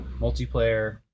multiplayer